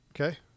Okay